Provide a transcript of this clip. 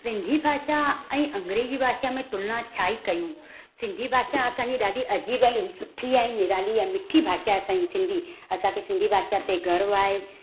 सिंधी भाषा ऐं अंग्रेज़ी भाषा में तुलना छा ई कयूं सिंधी भाषा असांजी ॾाढी अजीब ऐं सुठी आहे निराली आहे मिठी भाषा असांजी सिंधी असांखे सिंधी भाषा ते गर्व आहे